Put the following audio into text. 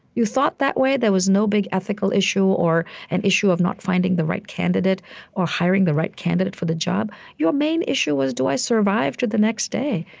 you thought that way. there was no big ethical issue or an issue of not finding the right candidate or hiring the right candidate for the job. your main issue was, do i survive to the next day?